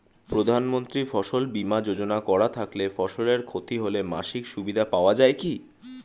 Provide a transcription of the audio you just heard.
প্রধানমন্ত্রী ফসল বীমা যোজনা করা থাকলে ফসলের ক্ষতি হলে মাসিক সুবিধা পাওয়া য়ায় কি?